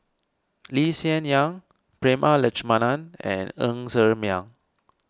Lee Hsien Yang Prema Letchumanan and Ng Ser Miang